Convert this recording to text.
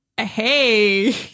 hey